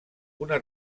una